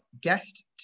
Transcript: guest